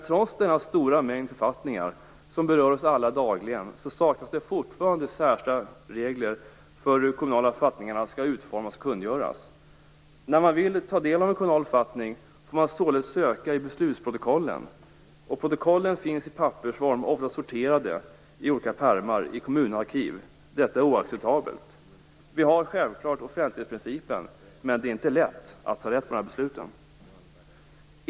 Trots denna stora mängd av författningar, som berör oss alla dagligen, saknas det fortfarande särskilda regler för hur de kommunala författningarna skall utformas och kungöras. När man vill ta del av en kommunal författning får man således söka i beslutsprotokollen. Protokollen finns i pappersform, sorterade i olika pärmar i kommunarkiv. Detta är oacceptabelt. Vi har självfallet vår offentlighetsprincip, men det är inte lätt att ta rätt på de olika besluten.